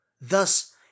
Thus